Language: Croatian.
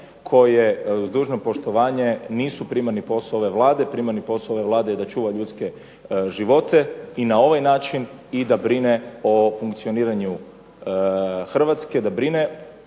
koje uz dužno poštovanje nisu primarni posao ove Vlade. Primarni posao ove Vlade je da čuva ljudske živote i na ovaj način i da brine o funkcioniranju Hrvatske, da brine